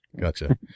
Gotcha